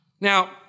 Now